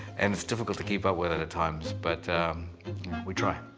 and it's difficult to keep up with it at times, but we try.